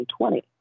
2020